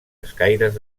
escaires